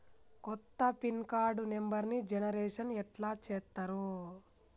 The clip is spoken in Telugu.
కొత్త పిన్ కార్డు నెంబర్ని జనరేషన్ ఎట్లా చేత్తరు?